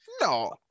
No